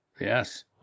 Yes